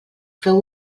feu